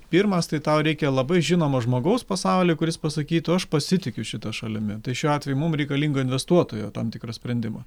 pirmas tai tau reikia labai žinomo žmogaus pasaulyje kuris pasakytų aš pasitikiu šita šalimi tai šiuo atveju mum reikalinga investuotojo tam tikro sprendimo